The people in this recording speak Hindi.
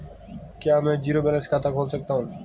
क्या मैं ज़ीरो बैलेंस खाता खोल सकता हूँ?